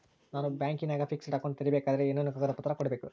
ನಾನು ಬ್ಯಾಂಕಿನಾಗ fixed account ತೆರಿಬೇಕಾದರೆ ಏನೇನು ಕಾಗದ ಪತ್ರ ಕೊಡ್ಬೇಕು?